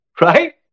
Right